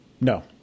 No